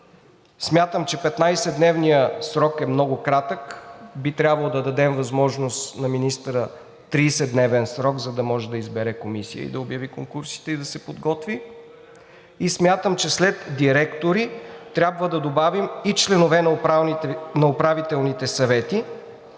смятам, че 15-дневният срок е много кратък, би трябвало да дадем възможност на министъра – 30-дневен срок, за да може да избере комисия, да обяви конкурсите и да се подготви. И смятам, че след „директори“ трябва да добавим „и членове на управителните съвети“.